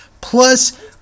Plus